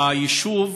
ביישוב,